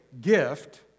gift